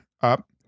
up